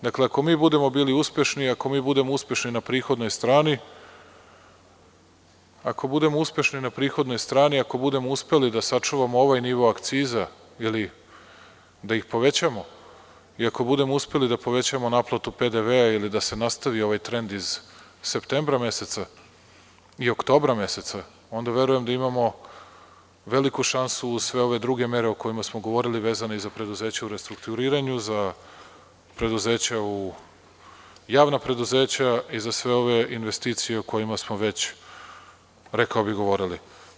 Dakle, ako budemo bili uspešni i ako budemo uspešni na prihodnoj strani, ako budemo uspešni na prihodnoj strani i ako budemo uspeli da sačuvamo ovaj niko akciza ili da ih povećamo i ako budemo uspeli da povećamo naplatu PDV ili da se nastavi ovaj trend iz septembra meseca i oktobra meseca, onda verujem da imamo veliku šansu, uz sve ove druge mere o kojima smo govorili, vezano i za preduzeća u restrukturiranju, za javna preduzeća i za sve ove investicije o kojima smo već, rekao bih, govorili.